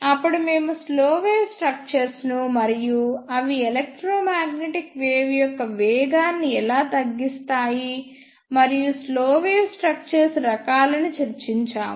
అప్పుడు మేము slow wave structures ను మరియు అవి ఎలక్ట్రోమాగ్నెటిక్ వేవ్ యొక్క వేగాన్ని ఎలా తగ్గిస్తాయి మరియు స్లో వేవ్ స్ట్రక్చర్స్ రకాలని చర్చించాము